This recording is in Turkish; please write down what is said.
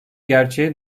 gerçeğe